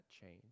change